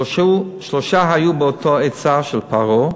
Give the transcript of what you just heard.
שלושה היו באותה עצה, של פרעה,